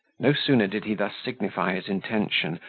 no sooner did he thus signify his intention,